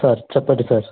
sir చెప్పండి sir